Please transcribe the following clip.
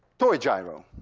toy gyro.